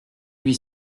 huit